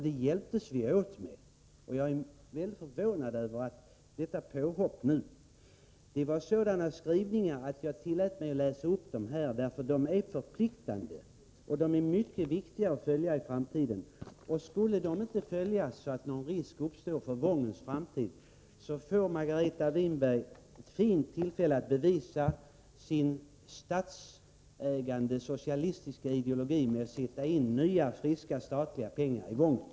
Detta hjälptes vi åt med, och jag är mycket förvånad över detta påhopp. Skrivningarna var sådana att jag tillät mig läsa upp dem här i kammaren. De är förpliktande och mycket viktiga att följa i framtiden. Skulle de inte följas utan risk skulle uppstå för Wångens framtid, får Margareta Winberg ett fint tillfälle att bevisa sin statsägande socialistiska ideologi genom att sätta in nya, friska, statliga pengar i Wången.